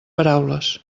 paraules